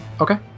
okay